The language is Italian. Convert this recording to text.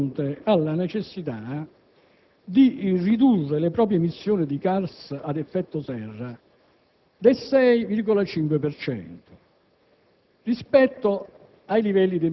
Ora il Paese si trova di fronte alla necessità di ridurre le proprie emissioni di gas ad effetto serra del 6,5